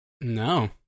No